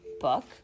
book